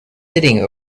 sitting